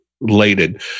related